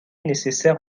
nécessaire